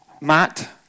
Matt